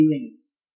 feelings